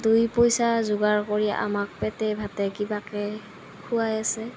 দুই পইচা যোগাৰ কৰি আমাক পেটে ভাতে কিবাকে খুৱাই আছে